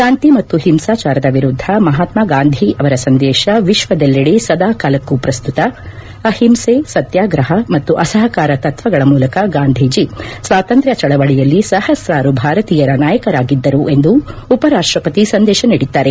ಶಾಂತಿ ಮತ್ತು ಹಿಂಸಾಚಾರದ ವಿರುದ್ದ ಮಹಾತ್ಮ ಗಾಂಧಿ ಅವರ ಸಂದೇಶ ವಿಶ್ವದೆಲ್ಲೆದೆ ಸದಾ ಕಾಲಕ್ಕೂ ಪ್ರಸ್ತುತ ಅಹಿಂಸೆ ಸತ್ಯಾಗ್ರಹ ಮತ್ತು ಅಸಹಕಾರ ತತ್ವಗಳ ಮೂಲಕ ಗಾಂಧೀಜಿ ಸ್ವಾತಂತ್ರ್ ಚಳವಳಿಯಲ್ಲಿ ಸಹಸ್ರಾರು ಭಾರತೀಯರ ನಾಯಕರಾಗಿದ್ದರು ಎಂದು ಉಪರಾಷ್ಟ ಪತಿ ಸಂದೇಶ ನೀಡಿದ್ದಾರೆ